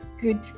good